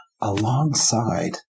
alongside